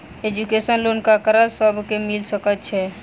Education loan ककरा सब केँ मिल सकैत छै?